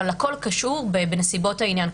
אבל הכול קשור בנסיבות העניין.